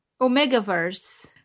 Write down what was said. Omega-verse